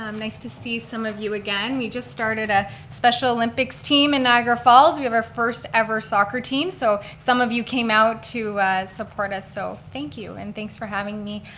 um nice to see some of you again. we just started a special olympics team in niagara falls. we have our first ever soccer team so some of you came out to support us. so thank you and thanks for having me.